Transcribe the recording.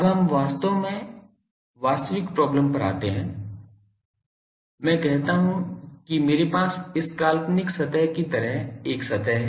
अब हम वास्तव में वास्तविक प्रॉब्लम पर आते हैं मैं कहता हूँ की मेरे पास इस काल्पनिक सतह की तरह एक सतह है